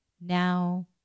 now